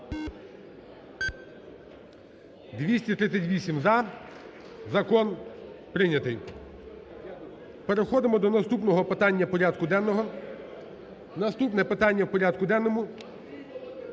За-238 Закон прийнятий. Переходимо до наступного питання порядку денного. Наступне питання в порядку денному…